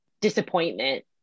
disappointment